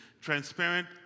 Transparent